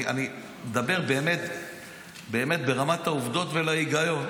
אני מדבר באמת ברמת העובדות ואל ההיגיון.